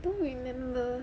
I don't remember